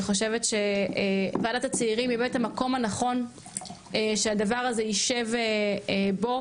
אני חושבת שוועדת הצעירים היא באמת המקום הנכון שהדבר הזה ישב בו.